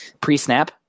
pre-snap